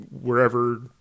wherever